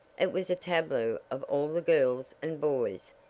it was a tableau of all the girls and boys,